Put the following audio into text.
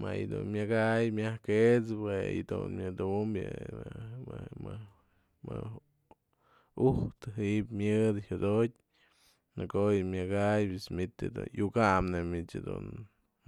Më yë du myak jay myajk kët'së jue yë dun myadu'um mëjk ujtë ji'ip myëdë jyodo'otyë në ko'o yë myak jayap manitë jë dun iukany neyb mich dun